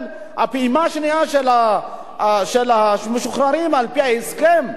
הפעימה השנייה של המשוחררים על-פי ההסכם,